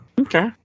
okay